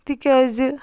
تِکیٛازِ